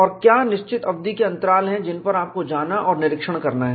और क्या निश्चित अवधि के अंतराल हैं जिन पर आपको जाना और निरीक्षण करना है